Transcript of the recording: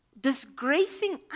disgracing